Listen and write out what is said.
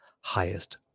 highest